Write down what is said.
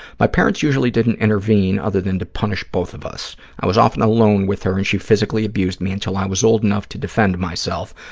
my parents usually didn't intervene other than to punish both of us. i was often alone with her, and she physically abused me until i was old enough to defend myself,